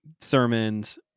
sermons